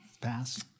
Pass